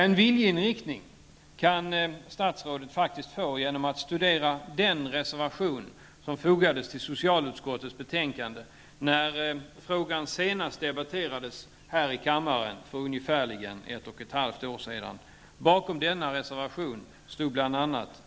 En viljeinriktning kan statsrådet faktiskt få genom att studera den reservation som fogades till socialutskottets betänkande när frågan senast debatterades här i kammaren för ungefär ett och ett halvt år sedan. Bakom denna reservation stod bl.a.